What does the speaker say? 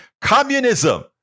communism